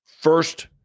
first